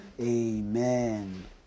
amen